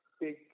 big